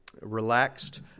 relaxed